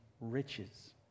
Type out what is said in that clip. riches